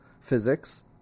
physics